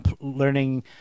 learning